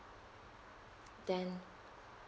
then